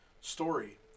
story